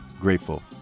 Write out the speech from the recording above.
grateful